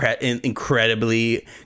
incredibly